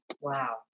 Wow